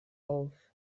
auf